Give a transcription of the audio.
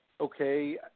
okay